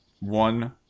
one